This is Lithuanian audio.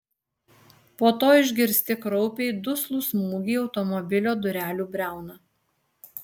po to išgirsti kraupiai duslų smūgį į automobilio durelių briauną